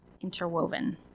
interwoven